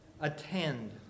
attend